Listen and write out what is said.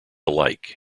alike